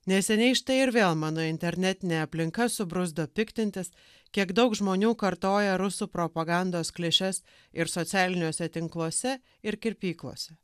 neseniai štai ir vėl mano internetinė aplinka subruzdo piktintis kiek daug žmonių kartoja rusų propagandos klišes ir socialiniuose tinkluose ir kirpyklose